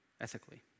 ethically